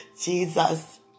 Jesus